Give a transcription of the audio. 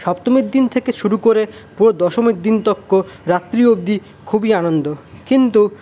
সপ্তমীর দিন থেকে শুরু করে পুরো দশমীর দিন তক্কো রাত্রি অব্দি খুবই আনন্দ কিন্তু